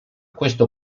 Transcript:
questo